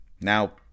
Now